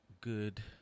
Good